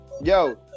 Yo